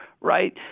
right